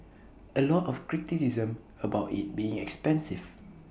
A lot of criticism about IT being expensive